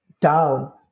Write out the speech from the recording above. down